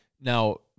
Now